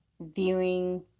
viewing